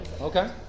Okay